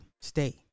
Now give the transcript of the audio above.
stay